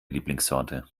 lieblingssorte